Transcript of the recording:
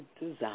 Design